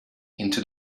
into